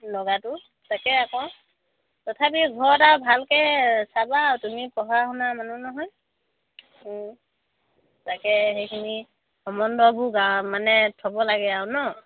লগাতো তাকে আকৌ তথাপি ঘৰত আৰু ভালকে চাবা আৰু তুমি পঢ়া শুনা মানুহ নহয় তাকে সেইখিনি সম্বন্ধবোৰ মানে থ'ব লাগে আৰু ন